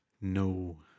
No